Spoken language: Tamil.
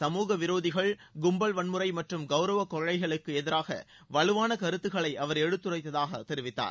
சமூக விரோதிகள் கும்பல் வன்முறை மற்றும் கௌரவ கொலைகளுக்கு எதிராக வலுவான கருத்துக்களை அவர் எடுத்துரைத்ததாக தெரிவித்தார்